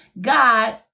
God